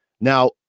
Now